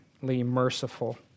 merciful